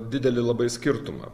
didelį labai skirtumą